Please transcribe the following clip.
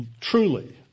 Truly